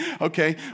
okay